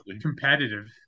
competitive